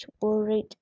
worried